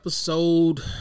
episode